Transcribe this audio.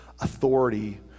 authority